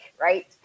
right